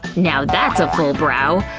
now that's a full brow.